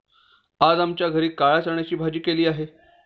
आज आमच्या घरी काळ्या चण्याची भाजी केलेली आहे